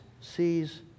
sees